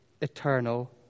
eternal